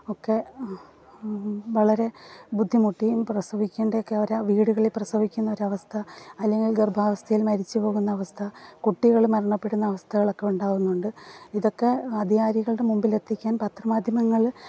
ഒക്കെ വളരെ ബുദ്ധിമുട്ടി പ്രസവിക്കേണ്ടക്ക ഒരു വീടുകളിൽ പ്രസവിക്കുന്നൊരവസ്ഥ അല്ലെങ്കിൽ ഗർഭാവസ്ഥയിൽ മരിച്ച് പോകുന്ന അവസ്ഥ കുട്ടികൾ മരണപ്പെടുന്ന അവസ്ഥകളൊക്കെ ഉണ്ടാകുന്നുണ്ട് ഇതൊക്കെ അധികാരികളുടെ മുമ്പിലെത്തിക്കാൻ പത്രമാധ്യമങ്ങള്